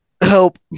help